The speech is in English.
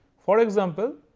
for example,